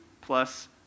plus